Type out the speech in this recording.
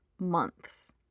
months